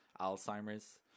Alzheimer's